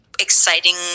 exciting